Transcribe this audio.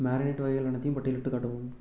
marinate வகைகள் அனைத்தையும் பட்டியலிட்டுக் காட்டவும்